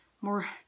more